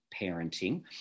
parenting